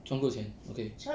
赚够钱 okay